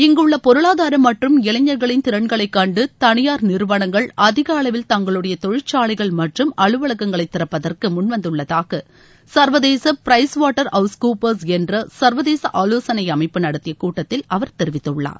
இங்குள்ள பொருளாதாரம் மற்றும் இளைஞர்களின் திறன்களை கண்டு தனியார் நிறுவனங்கள் அதிக அளவில் தங்களுடைய தொழிற்சாலைகள் மற்றும் அலுவலகங்களை திறப்பதற்கு முன்வந்துள்ளதாக சர்வதேச பிரைஸ் வாட்டர் ஹவுஸ் கூப்பர்ஸ் என்ற சர்வதேச ஆலோசனை அமைப்பு நடத்திய கூட்டத்தில் அவர் தெரிவித்துள்ளார்